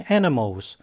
animals